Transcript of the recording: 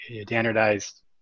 standardized